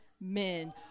men